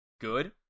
good